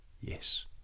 Yes